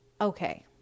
Okay